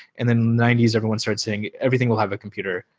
and the ninety s, everyone started saying everything will have a computer.